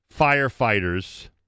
firefighters